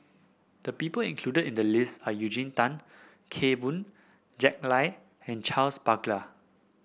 the people included in the list are Eugene Tan Kheng Boon Jack Lai and Charles Paglar